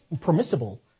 permissible